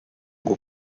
bwo